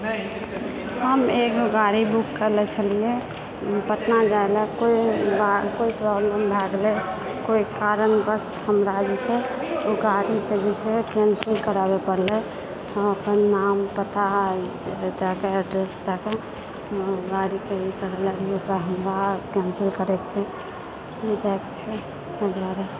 हम एकगो गाड़ी बुक करलो छलिऐ पटना जाए लए कोइ बा कोइ प्रॉब्लम भए गेलै कोइ कारणवश हमरा जेछै ओ गाड़ीके जेछै कैन्सिल कराबै पड़लए हम अपन नाम पता इसभ दएके एड्रेस दएके गाड़ीवलाके कहलिऐ कि हमरा कैन्सिल करएके छै नहि जाके छै तहि दुआरे